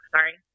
Sorry